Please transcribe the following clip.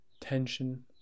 tension